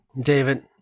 David